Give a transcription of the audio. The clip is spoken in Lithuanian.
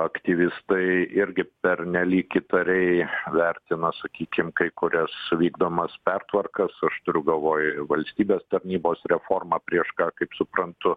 aktyvistai irgi pernelyg įtariai vertina sakykim kai kurias vykdomas pertvarkas aš turiu galvoj valstybės tarnybos reformą prieš ką kaip suprantu